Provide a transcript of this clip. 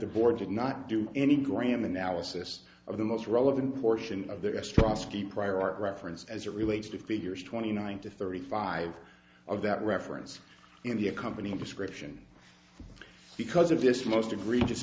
the board did not do any graham analysis of the most relevant portion of their restaurants the prior art reference as it relates to figures twenty nine to thirty five of that reference in the accompanying description because of this most egregious